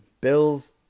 Bills